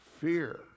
fear